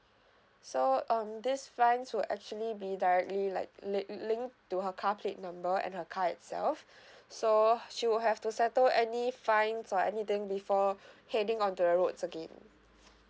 so um this fine will actually be directly like li~ link to her car plate number and her car itself so she will have to settle any fines or anything before heading on the roads again